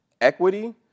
equity